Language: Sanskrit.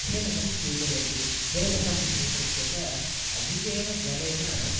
फेनकं स्वीकुर्वन्ति फेनकं स्वीकृत्य च अधिकेन जलेन